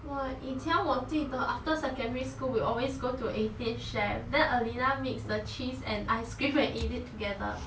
!wah! 以前我记得 after secondary school we will always go to eighteen chef then elina mix the cheese and ice cream and eat it together